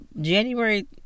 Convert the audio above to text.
January